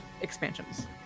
expansions